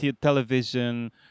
television